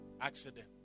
accident